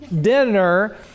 dinner